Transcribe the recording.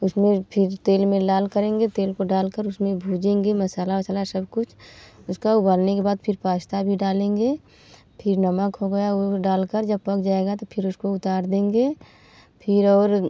उसमें फिर तेल में लाल करेंगे तेल को डाल कर उसमें भुजेंगे मसाला असाला सब कुछ उसका उबालने के बाद फिर पास्ता भी डालेंगे फिर नमक हो गया वह डाल कर जब पक जाएगा तो फिर उसको उतार देंगे फिर और